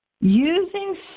Using